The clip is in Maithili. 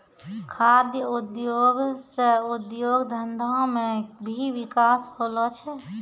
खाद्य उद्योग से उद्योग धंधा मे भी बिकास होलो छै